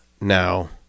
now